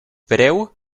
breu